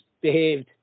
behaved